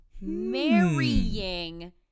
Marrying